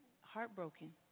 heartbroken